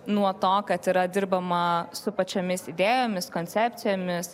nuo to kad yra dirbama su pačiomis idėjomis koncepcijomis